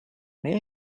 may